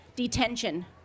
Detention